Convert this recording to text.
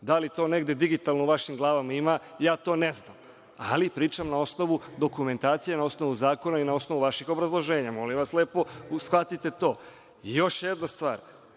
Da li to negde digitalno u vašim glavama ima, ja to ne znam. Ali, pričam na osnovu dokumentacije, na osnovu zakona i na osnovu vaših obrazloženja. Molim vas lepo, shvatite to. Sve se ja slažem